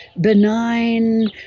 benign